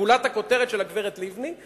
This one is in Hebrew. וגולת הכותרת של הגברת לבני,